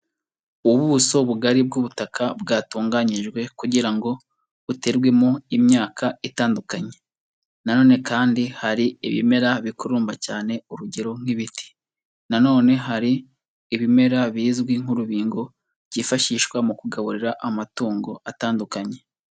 Ubuso bugari bw'ubutaka bwatunganyijwe kugira ngo buterwemo imyaka itandukanye, na none kandi hari ibimera bikurumba cyane, urugero nk'ibiti, na none hari ibimera bizwi nk'urubingo byifashishwa mu kugaburira amatungo atandukanye.